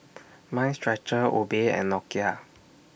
Mind Stretcher Obey and Nokia